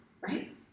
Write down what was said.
right